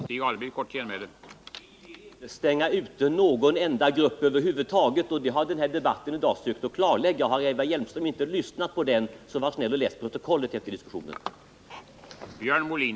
Herr talman! Vi vill inte stänga ute någon grupp över huvud taget, och det har debatten här i dag sökt klarlägga. Har Eva Hjelmström inte lyssnat till den, så var snäll och läs protokollet efter diskussionen!